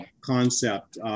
concept